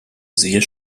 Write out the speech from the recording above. sehr